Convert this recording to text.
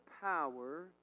power